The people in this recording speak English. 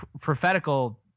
prophetical